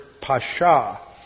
pasha